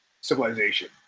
civilization